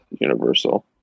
Universal